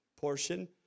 portion